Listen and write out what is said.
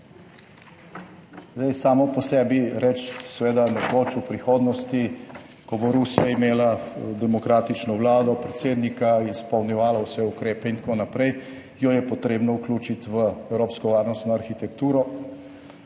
Samo po sebi reči, seveda nekoč v prihodnosti, ko bo Rusija imela demokratično vlado, predsednika, izpolnjevala vse ukrepe in tako naprej, jo je potrebno vključiti v evropsko varnostno arhitekturo.